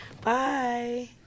bye